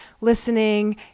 listening